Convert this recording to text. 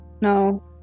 no